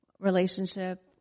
relationship